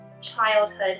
childhood